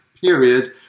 period